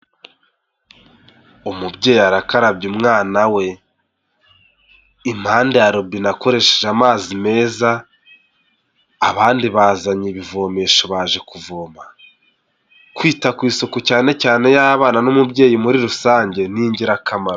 Umubyeyi arakarabya umwana we. Impande ya robine akoresheje amazi meza. Abandi bazanye ibivomesho baje kuvoma, kwita ku isuku cyane cyane y'abana n'umubyeyi muri rusange, ni ingirakamaro.